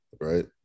right